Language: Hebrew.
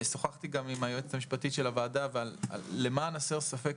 שוחחתי גם עם היועצת המשפטית של הוועדה אבל למען הסר ספק,